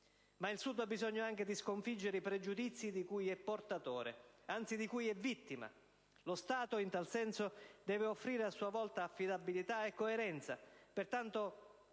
Ma il Sud ha bisogno anche di sconfiggere i pregiudizi di cui è portatore o, anzi, vittima. Lo Stato, in tal senso, deve offrire, a sua volta, affidabilità e coerenza. Pertanto,